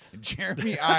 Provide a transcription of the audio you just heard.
Jeremy